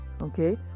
okay